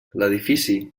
l’edifici